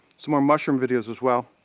some more mushroom videos as well.